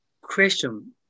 question